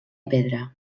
pedra